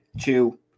two